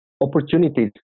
opportunities